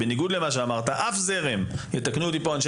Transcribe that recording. בניגוד למה שאמרת אף זרם מהזרמים שהזכרת ויתקנו אותי אנשי